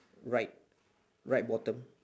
right right bottom